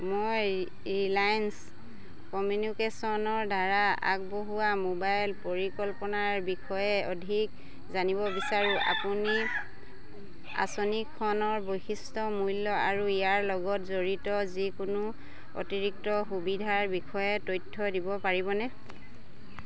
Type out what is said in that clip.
মই ৰিলায়েন্স কমিউনিকেশ্যনৰদ্বাৰা আগবঢ়োৱা মোবাইল পৰিকল্পনাৰ বিষয়ে অধিক জানিব বিচাৰোঁ আপুনি আঁচনিখনৰ বৈশিষ্ট্য মূল্য আৰু ইয়াৰ লগত জড়িত যিকোনো অতিৰিক্ত সুবিধাৰ বিষয়ে তথ্য দিব পাৰিবনে